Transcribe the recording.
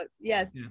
Yes